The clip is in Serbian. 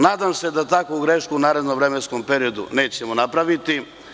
Nadam se da takvu grešku u narednom vremenskom periodu nećemo napraviti.